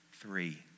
three